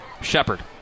Shepard